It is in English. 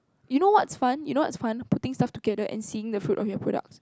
you know what's fun you know what's fun putting stuff together and seeing the fruit of your products